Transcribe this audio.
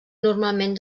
normalment